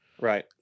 Right